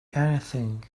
anything